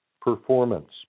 performance